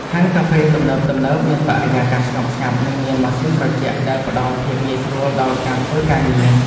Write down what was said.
ហាងកាហ្វេទំនើបៗមានបរិយាកាសស្ងប់ស្ងាត់និងមានម៉ាស៊ីនត្រជាក់ដែលផ្តល់ភាពងាយស្រួលដល់ការធ្វើការងារ។